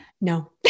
No